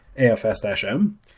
AFS-M